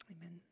Amen